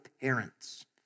parents